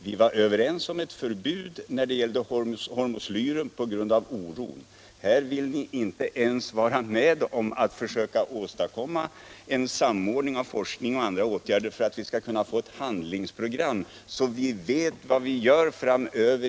Vi var överens om ett förbud när det gällde hormoslyr på grund av oron. Här vill ni inte ens vara med om att försöka åstadkomma en samordning av forskning och andra åtgärder för att vi skall kunna få ett handlingsprogram så att vi vet vad vi gör framöver.